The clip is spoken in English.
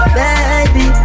baby